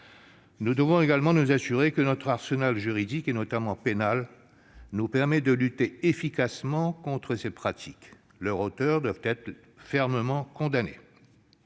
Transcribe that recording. Nous devrons également nous assurer que notre arsenal juridique, et notamment pénal, nous permettra de lutter efficacement contre ces pratiques. Leurs auteurs doivent être fermement condamnés.